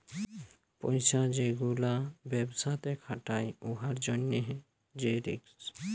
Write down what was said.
পইসা যে গুলা ব্যবসাতে খাটায় উয়ার জ্যনহে যে রিস্ক